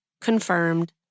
confirmed